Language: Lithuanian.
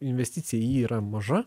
investicija į jį yra maža